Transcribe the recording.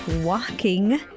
walking